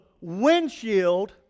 windshield